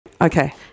Okay